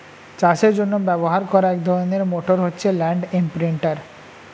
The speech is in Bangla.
চাষের জন্য ব্যবহার করা এক ধরনের মোটর হচ্ছে ল্যান্ড ইমপ্রিন্টের